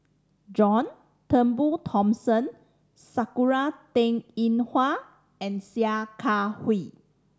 John Turnbull Thomson Sakura Teng Ying Hua and Sia Kah Hui